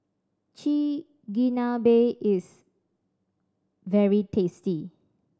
Chigenabe is very tasty